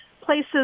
places